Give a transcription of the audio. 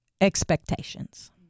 expectations